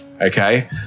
Okay